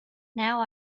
now